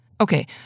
Okay